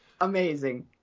amazing